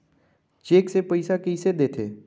Cheque से पइसा कइसे देथे?